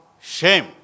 shame